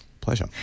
Pleasure